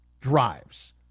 drives